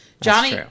Johnny